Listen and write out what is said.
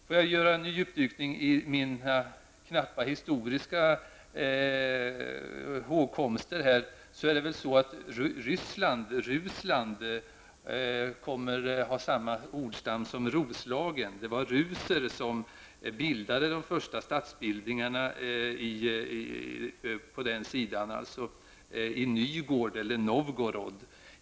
Får jag göra en ny djupdykning i mina knappa historiska hågkomster, har jag för mig att Ryssland, Rusland, har samma ordstam som Roslagen. Det var ruser som grundade de första statsbildningarna på den ryska sidan i Nygård, Novgorod.